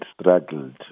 struggled